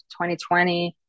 2020